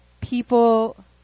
people